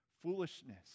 foolishness